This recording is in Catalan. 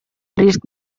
risc